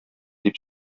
дип